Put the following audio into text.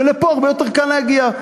ולפה הרבה יותר קל להגיע.